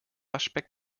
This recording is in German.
aspekt